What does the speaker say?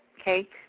Okay